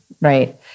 right